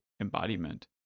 embodiment